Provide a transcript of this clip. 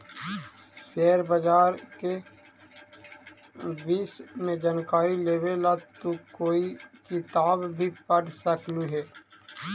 share बाजार के विष्य में जानकारी लेवे ला तू कोई किताब भी पढ़ सकलू हे